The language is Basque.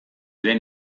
den